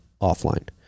offline